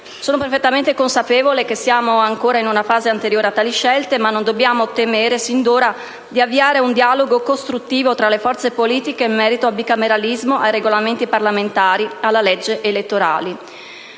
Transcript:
Sono perfettamente consapevole che siamo ancora in una fase anteriore a tali scelte, ma non dobbiamo temere, sin d'ora, di avviare un dialogo costruttivo tra le forze politiche in merito al bicameralismo, ai Regolamenti parlamentari, alla legge elettorale.